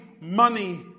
money